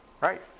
Right